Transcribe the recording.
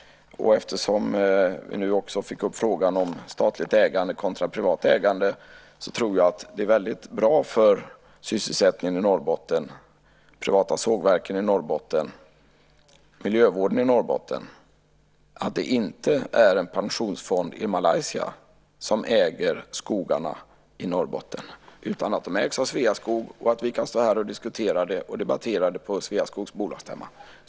Eftersom vi nu också fick upp frågan om statligt ägande kontra privat ägande vill jag säga att jag tror att det är väldigt bra för sysselsättningen i Norrbotten, för de privata sågverken i Norrbotten och för miljövården i Norrbotten att det inte är en pensionsfond i Malaysia som äger skogarna i Norrbotten utan att de ägs av Sveaskog. Därför kan vi stå här och diskutera det och debattera det på Sveaskogs bolagsstämma.